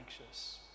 anxious